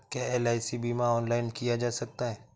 क्या एल.आई.सी बीमा ऑनलाइन किया जा सकता है?